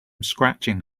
scratching